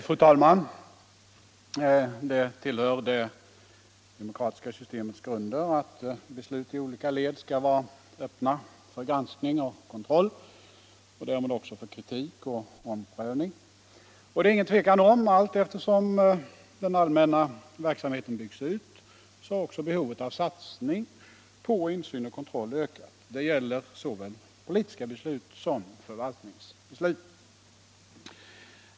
Fru talman! Det tillhör det demokratiska systemets grunder att beslut i olika led skall vara öppna för granskning och kontroll och därmed också för kritik och omprövning. Det är inget tvivel om att allteftersom den allmänna verksamheten byggts ut har också behovet av satsningar på insyn och kontroll ökat. Det gäller såväl politiska beslut som förvaltningsbeslut.